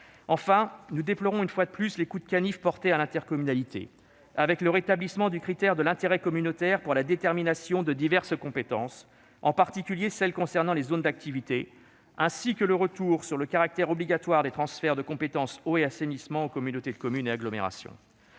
Enfin, nous déplorons une fois de plus les coups de canif portés à l'intercommunalité, avec le rétablissement du critère de l'intérêt communautaire pour la détermination de diverses compétences, en particulier celles qui concernent les zones d'activités, ainsi que le retour sur le caractère obligatoire du transfert de la compétence « eau et assainissement » aux communautés de communes et aux communautés